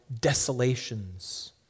desolations